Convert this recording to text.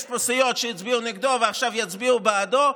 יש פה סיעות שהצביעו נגדו ועכשיו יצביעו בעדו,